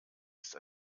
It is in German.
ist